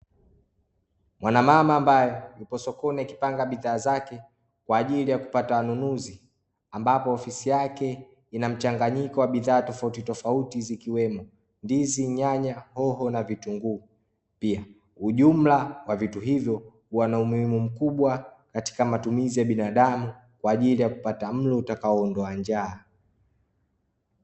Mwanamama ambaye yupo sokoni akipanga bidhaa zake kwa ajili ya kupata wanunuzi ambapo ofisi yake ina mchanganyiko wa bidhaa tofauti tofauti zikiwemo ndizi, nyanya, hoho na vitunguu. Pia ujumla wa vitu hivyo huwa na umuhimu mkubwa katika matumizi ya binadamu kwa ajili ya kupata mlo utakao ondoa njaa.